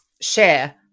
share